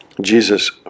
Jesus